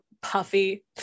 Puffy